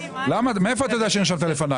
מאיפה אתה יודע שנרשמת לפניי?